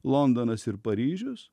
londonas ir paryžius